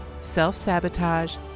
self-sabotage